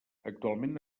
actualment